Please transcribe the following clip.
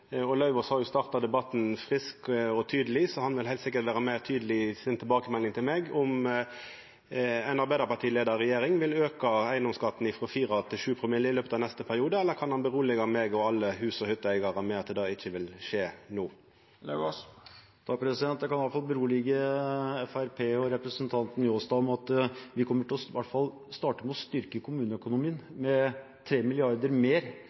regjering. Lauvås har jo starta debatten friskt og tydeleg, så han vil heilt sikkert vera meir tydeleg i tilbakemeldinga til meg, om ei arbeidarpartileia regjering vil auka eigedomsskatten frå fire til sju promille i løpet av neste periode. Eller kan han roa meg og alle hus- og hytteeigarar med at det ikkje vil skje no? Jeg kan iallfall berolige Fremskrittspartiet og representanten Njåstad med at vi i hvert fall kommer til å starte med å styrke kommuneøkonomien